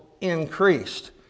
increased